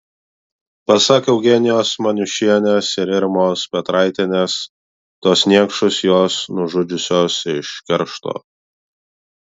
pasak eugenijos maniušienės ir irmos petraitienės tuos niekšus jos nužudžiusios iš keršto